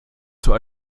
zur